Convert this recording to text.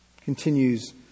continues